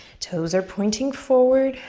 toes are pointing forward,